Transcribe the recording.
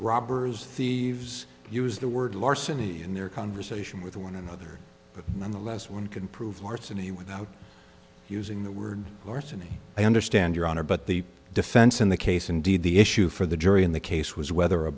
robbers thieves use the word larceny in their conversation with one another but nonetheless one can prove larceny without using the word orsini i understand your honor but the defense in the case indeed the issue for the jury in the case was whether a